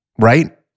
right